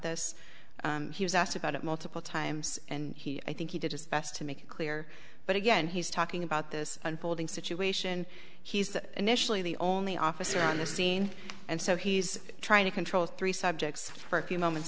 this he was asked about it multiple times and he i think he did his best to make it clear but again he's talking about this unfolding situation he's initially the only officer on the scene and so he's trying to control three subjects for a few moments